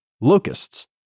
Locusts